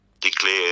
declare